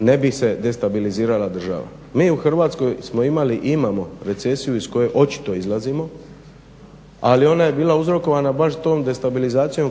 ne bi se destabilizirala država. Mi u Hrvatskoj smo imali i imamo recesiju iz koje očito izlazimo, ali ona je bila uzrokovana baš tom destabilizacijom